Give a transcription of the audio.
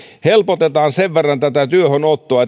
helpotetaan työhönottoa